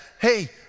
hey